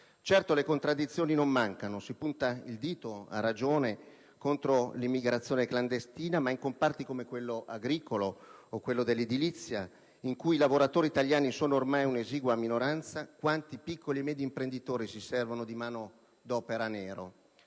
Certo, le contraddizioni non mancano: si punta il dito, a ragione, contro l'immigrazione clandestina, ma in comparti come quello agricolo o dell'edilizia, in cui i lavoratori italiani sono ormai un'esigua minoranza, quanti piccoli e medi imprenditori si servono di mano d'opera a nero?